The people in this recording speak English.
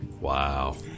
Wow